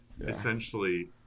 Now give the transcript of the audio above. essentially